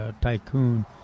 Tycoon